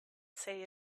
say